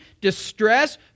distress